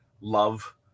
love